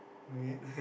okay